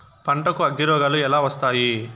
పంటకు అగ్గిరోగాలు ఎలా వస్తాయి?